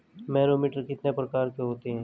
Manometer कितने प्रकार के होते हैं?